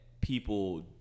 people